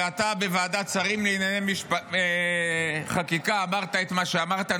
ואתה בוועדת שרים לענייני חקיקה אמרת את מה שאמרת.